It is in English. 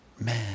man